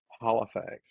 Halifax